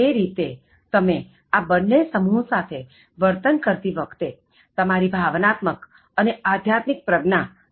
જે રીતે તમે આ બન્ને સમૂહ સાથે વર્તન કરતી વખતે તમારી ભાવનાત્મક અને આધ્યાત્મિક પ્રજ્ઞા દર્શાવે છે